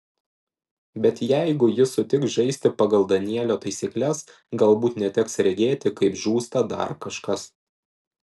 bet jeigu ji sutiks žaisti pagal danielio taisykles galbūt neteks regėti kaip žūsta dar kažkas